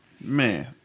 man